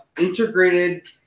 integrated